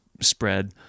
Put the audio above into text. spread